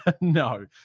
no